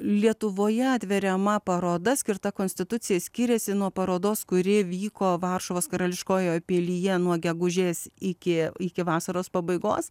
lietuvoje atveriama paroda skirta konstitucijai skiriasi nuo parodos kuri vyko varšuvos karališkojoje pilyje nuo gegužės iki iki vasaros pabaigos